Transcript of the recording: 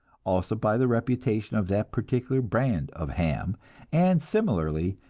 also by the reputation of that particular brand of ham and similarly,